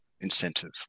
incentive